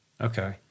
Okay